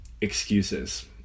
excuses